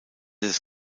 des